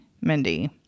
Mindy